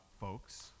folks